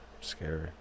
Scary